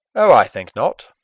oh, i think not.